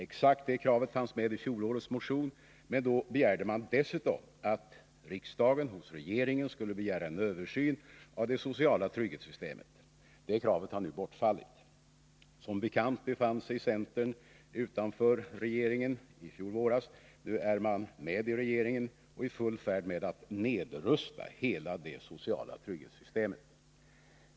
Exakt samma krav fanns med i fjolårets motion, men då krävde man dessutom att riksdagen hos regeringen skulle begära en översyn av det sociala trygghetssystemet. Det kravet har nu bortfallit. Som bekant befann sig centern utanför regeringen i fjol våras. Nu är man med i regeringen och i full färd med att nedrusta hela det sociala trygghetssystemet.